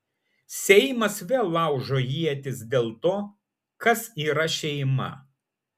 seimas vėl laužo ietis dėl to kas yra šeima